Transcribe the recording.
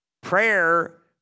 Prayer